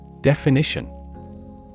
Definition